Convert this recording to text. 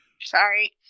Sorry